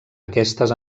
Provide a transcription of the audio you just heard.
aquestes